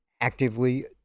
actively